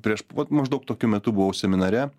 prieš vat maždaug tokiu metu buvau seminare